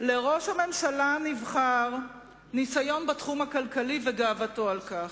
לראש הממשלה הנבחר ניסיון בתחום הכלכלי וגאוותו על כך,